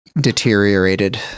deteriorated